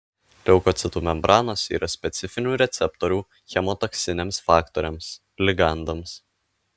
leukocitų membranose yra specifinių receptorių chemotaksiniams faktoriams ligandams